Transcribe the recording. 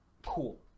Cool